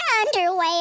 underwear